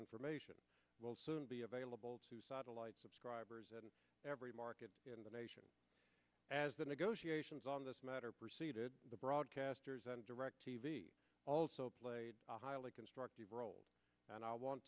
information will soon be available to satellite subscribers and every market in the nation as the negotiations on this matter preceded the broadcasters and direct t v also played a highly constructive role and i want